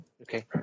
Okay